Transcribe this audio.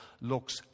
looks